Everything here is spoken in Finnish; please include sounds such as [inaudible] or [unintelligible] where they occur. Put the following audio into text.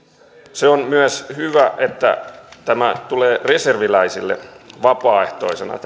se on myös hyvä että tämä osallistuminen tulee reserviläisille vapaaehtoisena [unintelligible]